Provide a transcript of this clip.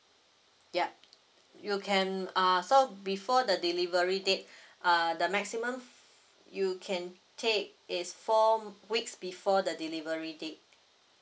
yup you can uh so before the delivery date uh the maximum you can take is four weeks before the delivery day